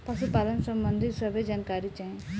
पशुपालन सबंधी सभे जानकारी चाही?